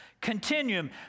continuum